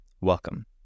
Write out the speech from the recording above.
Welcome